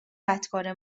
بدکاره